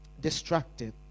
distracted